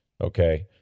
okay